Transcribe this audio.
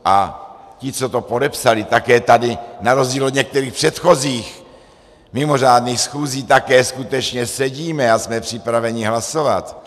A ti, co to podepsali, také tady na rozdíl od některých předchozích mimořádných schůzí, také skutečně sedíme a jsme připraveni hlasovat.